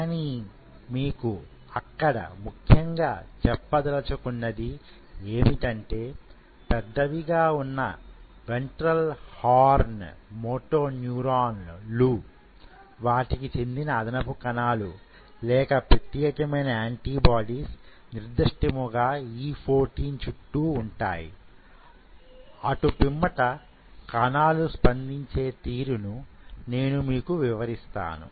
కానీ మీకు నేను అక్కడ ముఖ్యంగా చెప్పదలుచుకున్నది ఏమిటంటే పెద్దవిగా ఉన్న వెంట్రల్ హార్న్ మోటో న్యూరాన్లు వాటికి చెందిన అదనపు కణాలు లేక ప్రత్యేకమైన యాంటీబాడీలు నిర్దిష్ట ముగా E14 చుట్టూ ఉంటాయి అటుపిమ్మట కణాలు స్పందించే తీరు నేను మీకు వివరిస్తాను